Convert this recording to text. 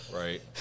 Right